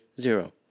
zero